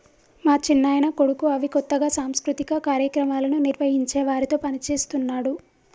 మా చిన్నాయన కొడుకు అవి కొత్తగా సాంస్కృతిక కార్యక్రమాలను నిర్వహించే వారితో పనిచేస్తున్నాడు